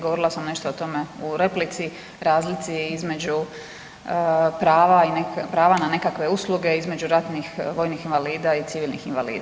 Govorila sam nešto o tome u replici, razlici između prava, prava na nekakve usluge između ratnih vojnih invalida i civilnih invalida.